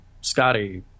scotty